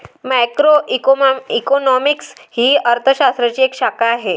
macroeconomics ही अर्थ शास्त्राची एक शाखा आहे